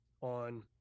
on